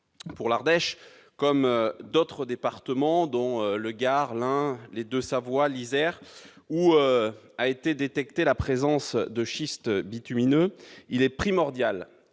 Pour l'Ardèche, comme pour d'autres départements tels le Gard, la Savoie, la Haute-Savoie ou l'Isère, où a été détectée la présence de schistes bitumineux, il est primordial